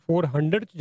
400